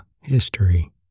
History